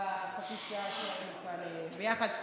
בחצי שהיינו כאן היום ביחד.